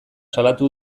salatu